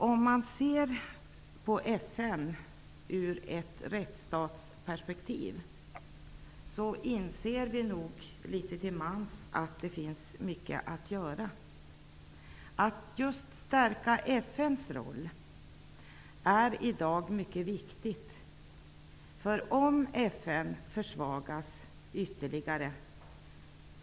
Om man ser på FN ur ett rättsstatsperspektiv inser vi nog litet till mans att det finns mycket att göra. Att just stärka FN:s roll är i dag mycket viktigt. Vad återstår om FN försvagas ytterligare?